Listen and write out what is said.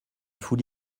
foule